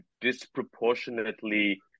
disproportionately